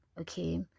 Okay